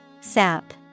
Sap